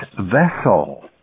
vessel